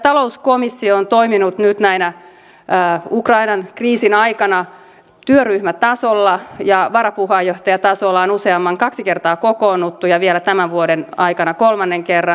talouskomissio on toiminut nyt ukrainan kriisin aikana työryhmätasolla ja varapuheenjohtajatasolla on kaksi kertaa kokoonnuttu ja vielä tämän vuoden aikana kokoonnutaan kolmannen kerran